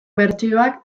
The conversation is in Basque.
bertsioak